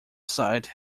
site